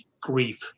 grief